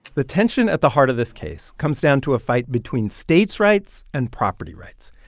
the tension at the heart of this case comes down to a fight between states' rights and property rights.